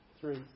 three